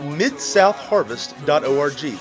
midsouthharvest.org